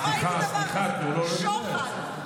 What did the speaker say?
סליחה, סליחה, תנו לו לדבר.